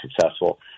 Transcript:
successful